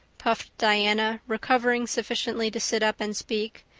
puffed diana, recovering sufficiently to sit up and speak,